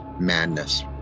madness